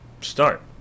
Start